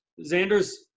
Xander's